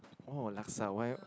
oh laksa why